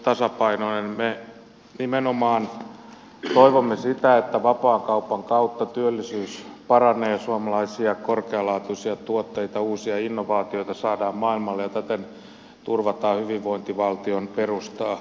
me nimenomaan toivomme sitä että vapaakaupan kautta työllisyys paranee ja suomalaisia korkealaatuisia tuotteita uusia innovaatioita saadaan maailmalle ja täten turvataan hyvinvointivaltion perustaa